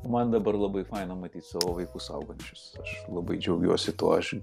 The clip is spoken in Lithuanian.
man dabar labai faina matyt savo vaikus augančius aš labai džiaugiuosi tuo aš